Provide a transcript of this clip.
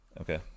Okay